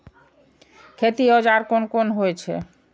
खेती औजार कोन कोन होई छै?